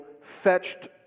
fetched